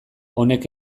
honek